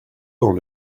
dans